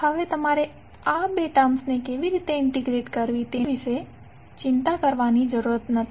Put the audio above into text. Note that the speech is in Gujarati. હવે તમારે આ બે ટર્મ્સને કેવી રીતે ઈંટીગ્રેટ કરવી તે વિશે ચિંતા કરવાની જરૂર નથી